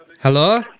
Hello